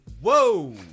Whoa